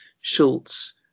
Schultz